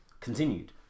Continued